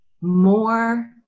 more